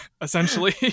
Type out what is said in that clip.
essentially